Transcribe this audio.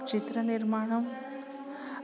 चित्रनिर्माणं